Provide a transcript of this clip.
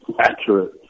accurate